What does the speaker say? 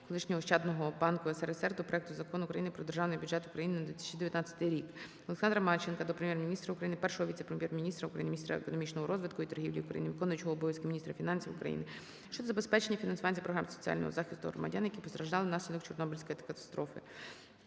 колишнього Ощадного банку СРСР до проекту Закону України "Про Державний бюджет України на 2019 рік". Олександра Марченка до Прем'єр-міністра України, Першого віце-прем'єр-міністра України – міністра економічного розвитку і торгівлі України, виконуючого обов'язки міністра фінансів України щодо забезпечення фінансування програм соціального захисту громадян, які постраждали внаслідок Чорнобильської катастрофи.